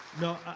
No